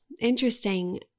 interesting